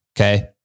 Okay